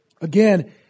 again